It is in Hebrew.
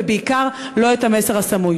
ובעיקר לא את המסר הסמוי.